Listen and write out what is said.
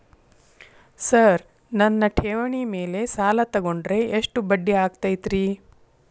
Sir ನನ್ನ ಠೇವಣಿ ಮೇಲೆ ಸಾಲ ತಗೊಂಡ್ರೆ ಎಷ್ಟು ಬಡ್ಡಿ ಆಗತೈತ್ರಿ?